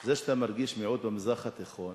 זה שאתה מרגיש מיעוט במזרח התיכון